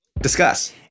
discuss